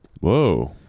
Whoa